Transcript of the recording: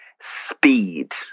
speed